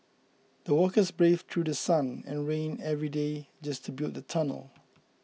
the workers braved through sun and rain every day just to build the tunnel